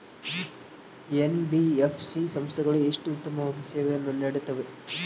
NBFC ಸಂಸ್ಥೆಗಳು ಎಷ್ಟು ಉತ್ತಮವಾಗಿ ಸೇವೆಯನ್ನು ನೇಡುತ್ತವೆ?